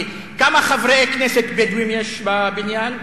כי כמה חברי כנסת בדואים יש בבניין?